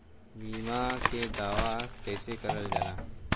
बीमा के दावा कैसे करल जाला?